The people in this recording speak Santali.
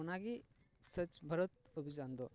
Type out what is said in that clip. ᱚᱱᱟ ᱜᱮ ᱥᱚᱪᱪᱷᱚ ᱵᱷᱟᱨᱚᱛ ᱚᱵᱷᱤᱡᱟᱱ ᱫᱚ